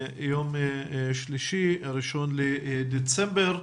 יום שלישי, 1 בדצמבר.